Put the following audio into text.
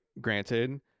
granted